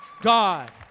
God